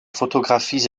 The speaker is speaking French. photographies